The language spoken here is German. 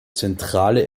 zentrale